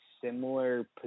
similar